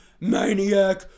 maniac